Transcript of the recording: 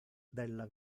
della